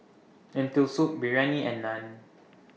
Lentil Soup Biryani and Naan